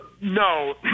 No